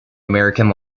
american